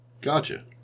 Gotcha